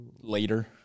later